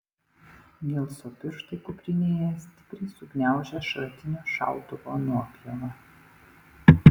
nilso pirštai kuprinėje stipriai sugniaužia šratinio šautuvo nuopjovą